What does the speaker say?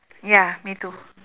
ya me too